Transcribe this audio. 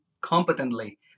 competently